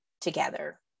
together